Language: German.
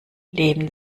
leben